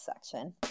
section